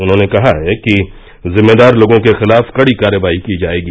उन्होंने कहा कि जिम्मेदार लोगों के खिलाफ कड़ी कार्रवाई की जाएगी